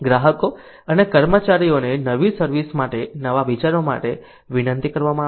ગ્રાહકો અને કર્મચારીઓને નવી સર્વિસ માટે નવા વિચારો માટે વિનંતી કરવામાં આવે છે